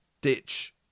ditch